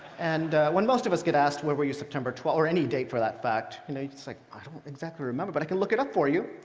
and when most of us get asked, where were you september twelfth? or any date for that fact, you know it's like, i don't exactly remember, but i can look it up for you.